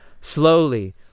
Slowly